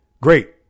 Great